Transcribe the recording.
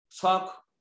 talk